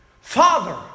Father